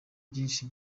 byinshi